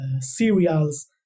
cereals